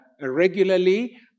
regularly